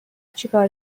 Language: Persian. چیکار